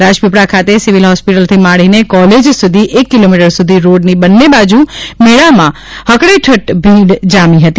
રાજપીપળા ખાતે civil hospital થી માંડીને કોલેજ સુધી એક કિલોમીટર સુધી રોડની બંને બાજુ મેળામાં હકડેઠઠ ભીડ જામી હતી